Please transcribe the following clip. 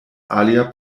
alia